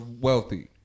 wealthy